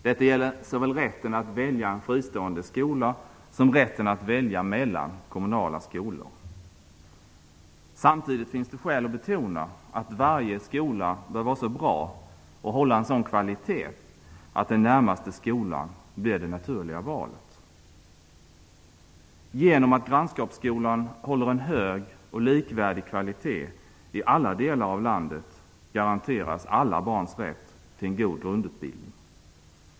Detta gäller såväl rätten att välja en fristående skola som rätten att välja mellan kommunala skolor. Samtidigt finns det skäl att betona att varje skola bör vara så bra och hålla en sådan kvalitet, att den närmaste skolan blir det naturliga valet. Genom att grannskapsskolan håller en hög och likvärdig kvalitet i alla delar av landet garanteras alla barns rätt till en god grundutbildning.